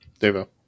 Devo